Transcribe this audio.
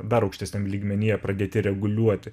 dar aukštesniam lygmenyje pradėti reguliuoti